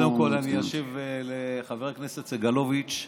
קודם כול, אני אשיב לחבר הכנסת סגלוביץ'.